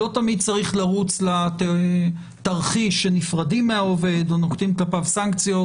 לא תמיד צריך לרוץ לתרחיש שנפרדים מהעובד או נוקטים כלפיו סנקציות.